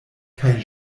kaj